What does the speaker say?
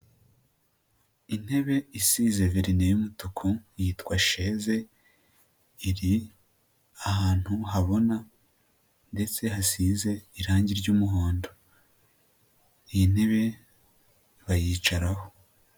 Intebe isize verine y'umutuku yitwa sheze, iri ahantu habona, ndetse hasize irangi ry'umuhondo. Iyi ntebe bayicaraho.